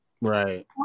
Right